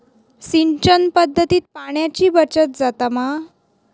सिंचन पध्दतीत पाणयाची बचत जाता मा?